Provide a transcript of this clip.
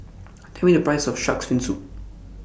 Tell Me The Price of Shark's Fin Soup